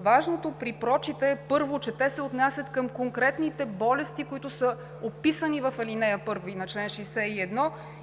Важното при прочита е, първо, че те се отнасят към конкретните болести, които са описани в ал. 1 и на чл. 61,